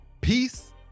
Peace